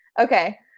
Okay